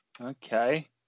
okay